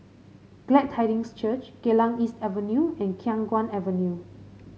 Glad Tidings Church Geylang East Avenue and Khiang Guan Avenue